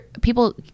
people